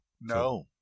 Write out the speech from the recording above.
No